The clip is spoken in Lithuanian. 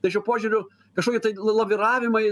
tai šiuo požiūriu kažkoki tai laviravimai